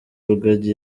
rugagi